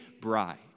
bride